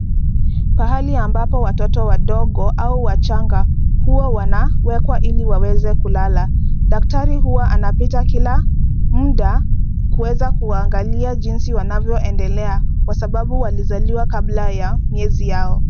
Pahali ambapo watoto wadogo au wachanga huwa wanawekwa ili waweze kulala. Daktari huwa anapita kila muda kuweza kuwaangalia jinsi wanavyoendelea, kwa sababu walizaliwa kabla ya miezi yao.